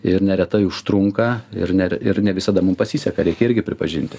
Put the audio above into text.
ir neretai užtrunka ir ner ir ne visada mum pasiseka reikia irgi pripažinti